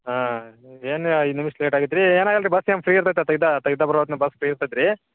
ಹಾಂ ನಿಮ್ದೇನು ಐದು ನಿಮಿಷ ಲೇಟಾಗಿತ್ತು ರೀ ಏನಾಗಲ್ಲ ರೀ ಬಸ್ ಫ್ರಿ ಇರ್ತೈತಿ ಇದು ತೆಗೀತಾ ಬರೋಣ ಬಸ್ ಫ್ರಿ ಇರ್ತತಿ ರೀ